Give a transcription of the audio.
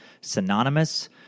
synonymous